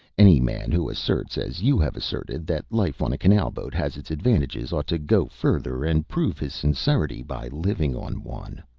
any man who asserts, as you have asserted, that life on a canal-boat has its advantages, ought to go further, and prove his sincerity by living on one.